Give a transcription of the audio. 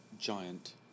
giant